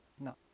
No